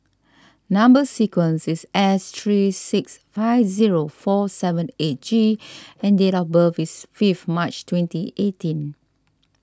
Number Sequence is S three six five zero four seven eight G and date of birth is fifth March twenty eighteen